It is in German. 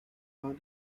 war